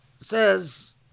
says